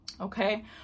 okay